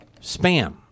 spam